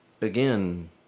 again